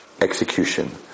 execution